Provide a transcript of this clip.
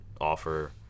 offer